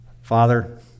Father